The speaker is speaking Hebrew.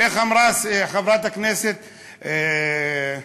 איך אמרה חברת הכנסת קסניה?